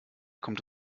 kommt